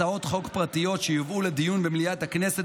הצעות חוק פרטיות שיובאו לדיון במליאת הכנסת